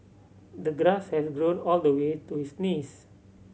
the grass had grown all the way to his knees